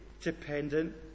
dependent